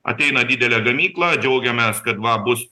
ateina didelė gamykla džiaugiamės kad va bus